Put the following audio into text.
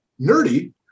Nerdy